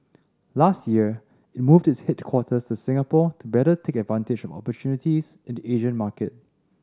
last year it moved its headquarters to Singapore to better take advantage of opportunities in the Asian market